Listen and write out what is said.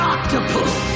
Octopus